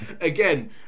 Again